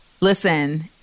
listen